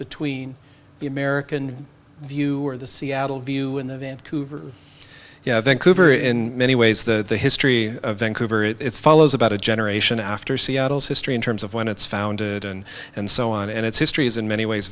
between the american view or the seattle view and the vancouver yeah vancouver in many ways that the history of vancouver it's follows about a generation after seattle's history in terms of when it's founded and and so on and its history is in many ways